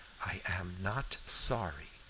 i am not sorry.